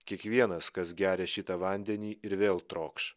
kiekvienas kas geria šitą vandenį ir vėl trokš